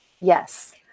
Yes